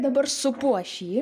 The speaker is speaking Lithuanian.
dabar supu aš jį